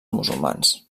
musulmans